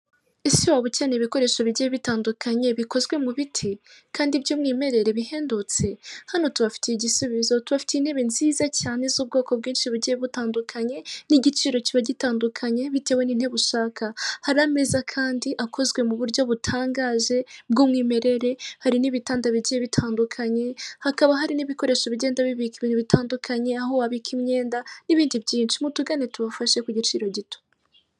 Ese waba uba ukeneye ibikoresho bijye bitandukanye bikozwe mu biti kandi by'umwimerere bihendutse? hano tubafitiye igisubizo, tubafiteye intebe nziza cyane z'ubwoko bwinshi bugiye butandukanye n'igiciro kiba gitandukanye bitewe n'intebe ushaka, hari ameza kandi akozwe mu buryo butangaje bw'umwimerere hari n'ibitanda bigiye bitandukanye hakaba hari n'ibikoresho bigenda bibika ibintu bitandukanye aho wabika imyenda, n'ibindi byinshi mutugane tubafashe ku giciro gito.